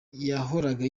yahoraga